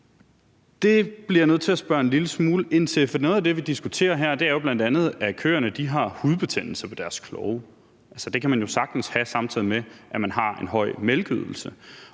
Det bliver jeg nødt til at spørge en lille smule ind til, for noget af det, vi diskuterer her, er jo bl.a., at køerne har hudbetændelse ved deres klove. Altså, det kan man jo sagtens have, samtidig med at man har en høj mælkeydelse.